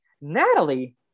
Natalie